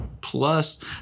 plus